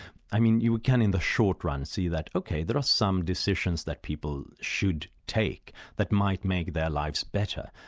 i mean, you can in the short run see that, ok, there are some decisions that people should take that might make their lives better,